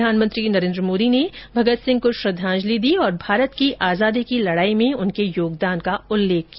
प्रधानमंत्री नरेन्द्र मोदी ने भगत सिंह को श्रद्वांजलि दी और भारत की आजादी की लड़ाई में उनके योगदान का उल्लेख किया